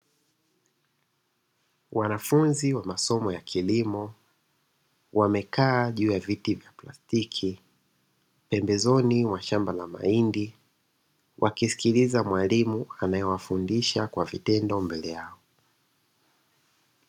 Wanafunzi wa masomo ya kilimo wamekaa juu ya viti vya plastiki, pembezoni mwa shamba la mahindi. Wakisikiliza mwalimu anayewafundisha kwa vitendo mbele yao.